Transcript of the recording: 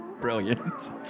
Brilliant